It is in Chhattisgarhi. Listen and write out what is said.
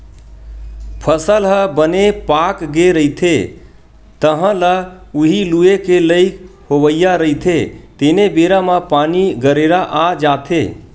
फसल ह बने पाकगे रहिथे, तह ल उही लूए के लइक होवइया रहिथे तेने बेरा म पानी, गरेरा आ जाथे